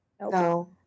No